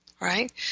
Right